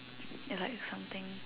is like something